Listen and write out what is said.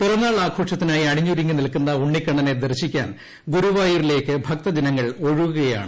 പിറന്നാൾ ആഘോഷത്തിനായി അണിഞ്ഞൊരുങ്ങി നിൽക്കുന്ന ഉണ്ണിക്കണ്ണനെ ദർശിക്കാൻ ഗുരുവായൂരിലേക്ക് ഭക്തജനങ്ങൾ ഒഴുകുകയാണ്